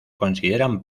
consideran